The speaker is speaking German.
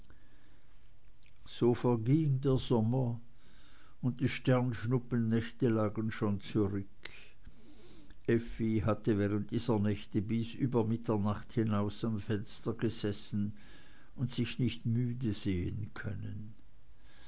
so verging der sommer und die sternschnuppennächte lagen schon zurück effi hatte während dieser nächte bis über mitternacht hinaus am fenster gesessen und sich nicht müde sehen können